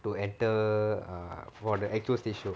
to enter err for the actual stage show